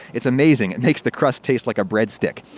it's amazing. it makes the crust taste like a breadstick.